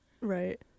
right